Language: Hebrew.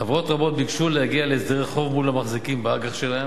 חברות רבות ביקשו להגיע להסדרי חוב מול המחזיקים באג"ח שלהן,